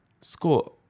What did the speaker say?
score